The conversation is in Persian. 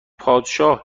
پادشاه